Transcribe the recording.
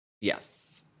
Yes